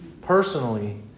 personally